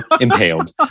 impaled